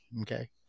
okay